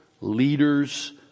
leaders